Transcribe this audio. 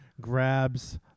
grabs